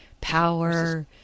Power